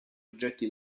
oggetti